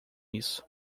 isso